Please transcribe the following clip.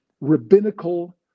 rabbinical